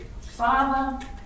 Father